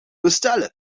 bestellen